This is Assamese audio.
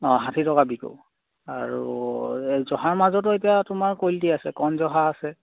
অঁ ষাঠি টকা বিকোঁ আৰু এই জহাৰ মাজতো এতিয়া তোমাৰ কোৱালিটী আছে কণ জহা আছে